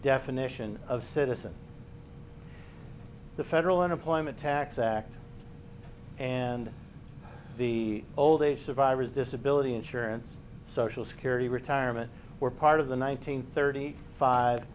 definition of citizen the federal unemployment tax act and the old age survivors disability insurance social security retirement were part of the one nine hundred thirty five